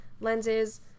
lenses